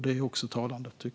Det är också talande.